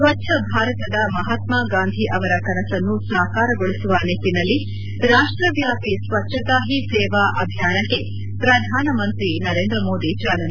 ಸ್ವಚ್ನ ಭಾರತದ ಮಹಾತ್ಮಾಗಾಂಧಿ ಅವರ ಕನಸನ್ನು ಸಾಕಾರಗೊಳಿಸುವ ನಿಟ್ಟನಲ್ಲಿ ರಾಷ್ಟವ್ಯಾಪಿ ಸ್ವಚ್ನತಾ ಹೀ ಸೇವಾ ಅಭಿಯಾನಕ್ಕೆ ಪ್ರಧಾನಮಂತ್ರಿ ನರೇಂದ್ರ ಮೋದಿ ಚಾಲನೆ